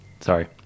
Sorry